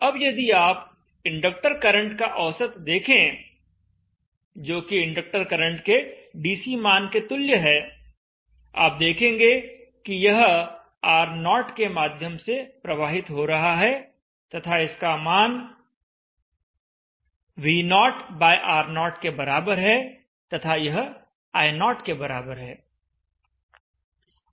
अब यदि आप इंडक्टर करंट का औसत देखें जोकि इंडक्टर करंट के डीसी मान के तुल्य हैआप देखेंगे कि यह R0 के माध्यम से प्रवाहित हो रहा है तथा इसका मान V0R0 के बराबर है तथा यह I0 के बराबर है